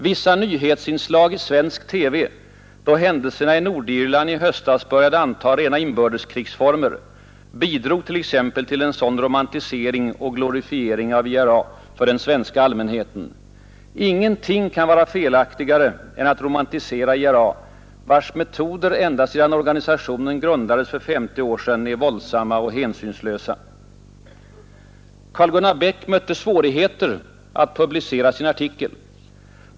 Vissa nyhetsinslag i svensk TV, då händelserna i Nordirland i höstas började anta rena inbördeskrigsformer bidrog t.ex. till en sådan romantisering och glorifiering av IRA för den svenska allmänheten. Ingenting kan vara felaktigare än att romantisera IRA, vars metoder ända sedan organisationen grundades för 50 år sedan är våldsamma och hänsynslösa.” Karl-Gunnar Bäck mötte svårigheter att publicera sin artikel.